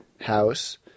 house